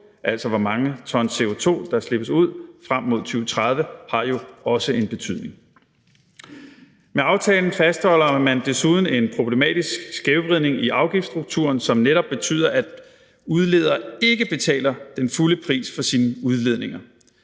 altså hvor mange ton CO2 der slippes ud frem mod 2030, har jo også en betydning. Med aftalen fastholder man desuden en problematisk skævvridning i afgiftsstrukturen, som netop betyder, at udleder ikke betaler den fulde pris for sine udledninger.